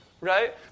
Right